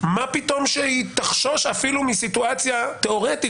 מה פתאום שהיא תחשוש אפילו מסיטואציה תאורטית